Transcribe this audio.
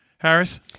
Harris